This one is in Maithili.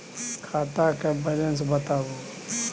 खाता के बैलेंस बताबू?